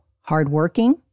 hardworking